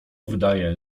wydaje